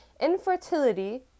infertility